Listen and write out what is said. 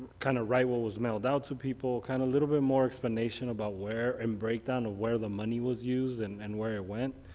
kind of write what was mailed out to people kind of a little bit more explanation about where and break down of where the money was used and and where it went.